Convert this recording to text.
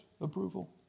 approval